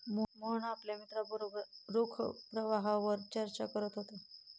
मोहन आपल्या मित्रांबरोबर रोख प्रवाहावर चर्चा करत होता